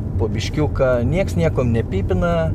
po biškiuką nieks niekom nepypina